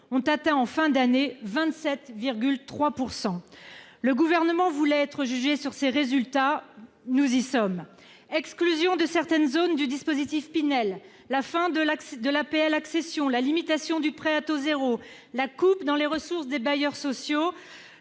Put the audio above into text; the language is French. a atteint, en fin d'année, 27,3 %. Le Gouvernement entendait être jugé sur ses résultats : nous y sommes ! L'exclusion de certaines zones du dispositif Pinel, la fin de l'APL accession, la limitation du prêt à taux zéro, les coupes dans les ressources des bailleurs sociaux,